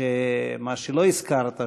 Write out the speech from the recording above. מה שלא הזכרת,